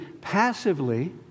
passively